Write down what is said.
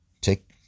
Take